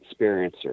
experiencer